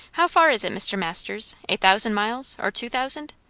how far is it, mr. masters a thousand miles or two thousand?